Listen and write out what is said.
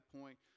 point